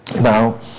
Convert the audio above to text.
now